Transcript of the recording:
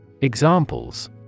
Examples